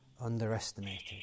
underestimated